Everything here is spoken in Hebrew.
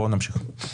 בואו נמשיך.